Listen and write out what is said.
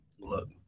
Look